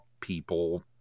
people